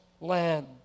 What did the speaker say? land